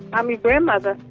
i'm your grandmother.